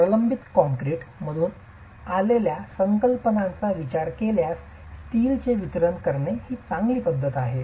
म्हणून प्रबलित कंक्रीट मधून आलेल्या संकल्पनांचा विचार केल्यास स्टीलचे वितरण करणे ही चांगली पद्धत आहे